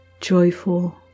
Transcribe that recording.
joyful